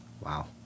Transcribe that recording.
Wow